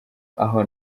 aho